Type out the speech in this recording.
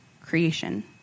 creation